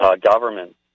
government